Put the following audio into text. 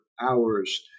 hours